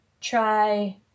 try